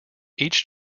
each